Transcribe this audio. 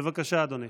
בבקשה, אדוני.